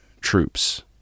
troops